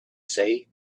say